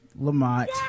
Lamont